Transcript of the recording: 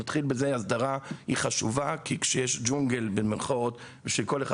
הסדרה היא חשובה כי כשיש ג'ונגל וכל אחד